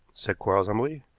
said quarles humbly.